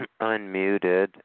unmuted